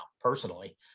personally